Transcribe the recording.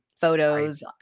photos